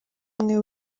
n’umwe